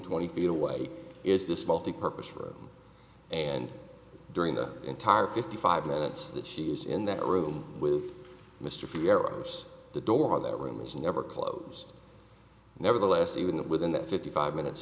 twenty feet away is this multipurpose room and during the entire fifty five minutes that she is in that room with mr a few hours the door of that room is never closed nevertheless even within the fifty five minutes